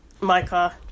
Micah